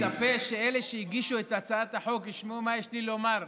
אני מצפה שאלה שהגישו את הצעת החוק ישמעו מה יש לי לומר,